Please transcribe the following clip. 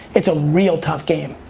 it's a real tough game.